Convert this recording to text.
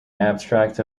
abstract